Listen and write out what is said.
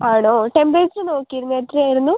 ആണോ ടെമ്പറേച്ചർ നോക്കിയിരുന്നോ എത്ര ആയിരുന്നു